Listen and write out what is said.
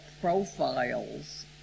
profiles